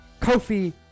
Kofi